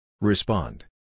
Respond